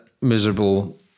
miserable